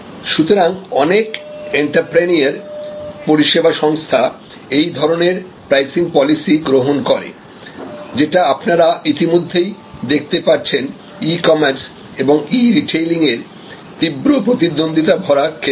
সুতরাং অনেক এন্ত্রেপ্রেনিউর পরিষেবা সংস্থা এই ধরনের প্রাইসিং পলিসি গ্রহণ করে যেটা আপনারা ইতিমধ্যেই দেখতে পাচ্ছেন ই কমার্স এবং ই রিটেইলিং এর তীব্র প্রতিদ্বন্দিতা ভরা ক্ষেত্রে